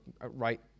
right